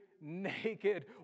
naked